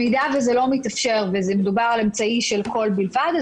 במידה וזה לא מתאפשר ומדובר על אמצעי של קול בלבד,